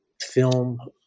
film